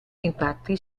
infatti